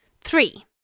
three